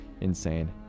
insane